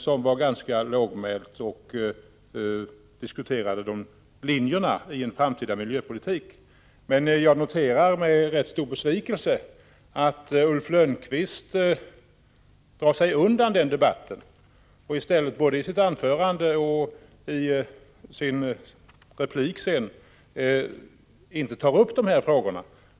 Det var ganska lågmält och diskuterade linjerna i en framtida miljöpolitik. Jag noterar emellertid med ganska stor besvikelse att Ulf Lönnqvist drar sig undan den debatten och både i sitt huvudanförande och senare i sin replik har underlåtit att ta upp dessa frågor.